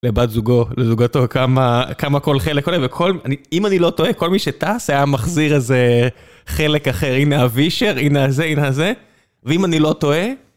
לבת זוגו, לזוגתו, כמה, כמה כל חלק, וכל, אם אני לא טועה, כל מי שטס היה מחזיר איזה חלק אחר, הנה הווישר, הנה זה, הנה זה, ואם אני לא טועה...